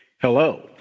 Hello